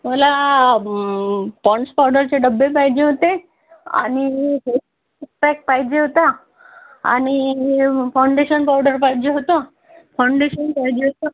मला ब पॉंन्डस पावडरचे डबे पाहिजे होते आणि फेसपॅक पाहिजे होता आणि फाऊंडेशन पावडर पाहिजे होतं फाऊंडेशन पाहिजे होतं